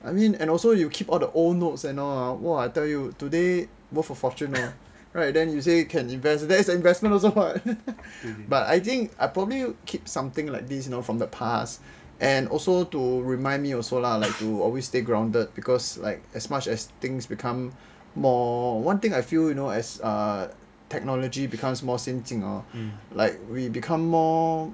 I mean and also you keep all the old notes and all !wah! I tell you today worth a fortune man right then you say you can invest that's an investment also [what] but I think I probably keep something like this you know from the past and also to remind me also lah like to always stay grounded because like as much as things become more one thing I feel you know as technology becomes more 先进 hor like we become more